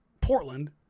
Portland